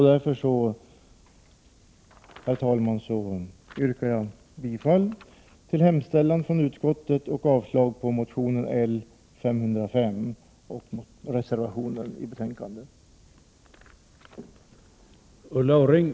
Därför yrkar jag, herr talman, bifall till utskottets hemställan och avslag på motion L505 och reservationen till betänkandet.